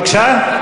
בבקשה?